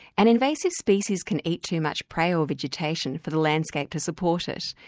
an invasive species can eat too much prey or vegetation for the landscape to support it.